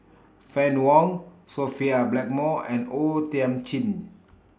Fann Wong Sophia Blackmore and O Thiam Chin